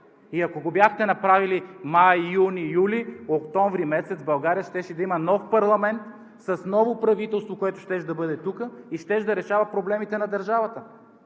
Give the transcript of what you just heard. и ако го бяхте направили май, юни, юли, октомври месец България щеше да има нов парламент с ново правителство, което щеше да бъде тук, и щеше да решава проблемите на държавата.